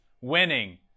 winning